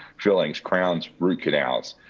fillings, crowns root canals,